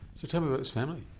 so tell me about this family.